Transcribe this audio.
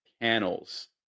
panels